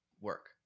work